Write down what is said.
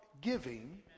giving